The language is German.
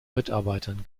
mitarbeiten